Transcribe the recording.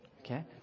okay